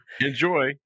enjoy